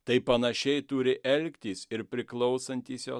tai panašiai turi elgtis ir priklausantys jo